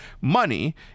money